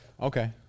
Okay